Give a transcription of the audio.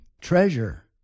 treasure